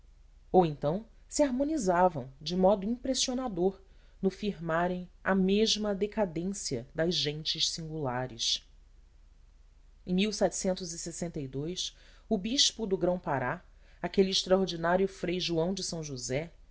ou então se harmonizavam de modo impressionador no firmarem a mesma decadência das gentes singulares em o bispo do grãopará aquele extraordinário fr joão de s josé